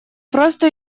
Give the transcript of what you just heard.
просто